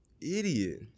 idiot